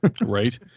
Right